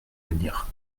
venir